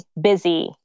busy